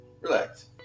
Relax